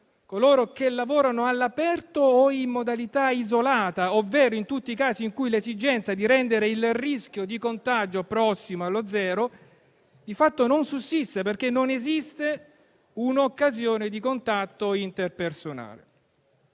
coloro che lavorano all'aperto o in modalità isolata, ovvero in tutti i casi in cui l'esigenza di rendere il rischio di contagio prossimo allo zero di fatto non sussiste, perché non esiste una occasione di contatto interpersonale;